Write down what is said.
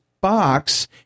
box